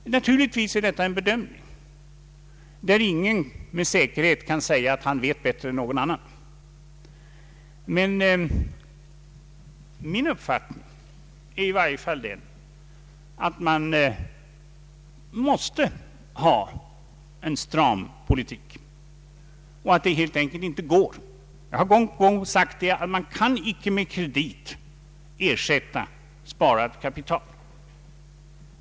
Naturligtvis är detta en bedömning där ingen med säkerhet kan säga, att han vet bättre än någon annan. Men min uppfattning är i varje fall den att man måste föra en stram politik, att man helt enkelt inte kan — jag har gång på gång sagt det — med kredit ersätta sparat kapital.